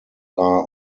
are